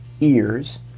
ears